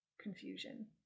confusion